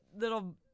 little